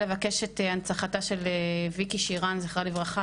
לבקש את הנצחתה של ויקי שירן זכרה לברכה,